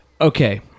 okay